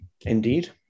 indeed